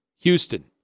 Houston